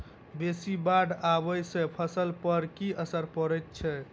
बेसी बाढ़ आबै सँ फसल पर की असर परै छै?